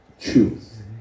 truth